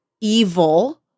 evil